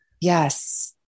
Yes